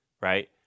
right